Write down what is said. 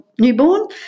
newborn